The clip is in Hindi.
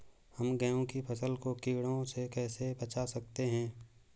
हम गेहूँ की फसल को कीड़ों से कैसे बचा सकते हैं?